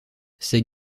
ces